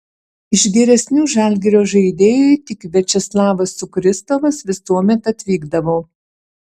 iš geresnių žalgirio žaidėjų tik viačeslavas sukristovas visuomet atvykdavo